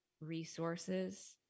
resources